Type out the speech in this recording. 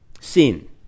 Sin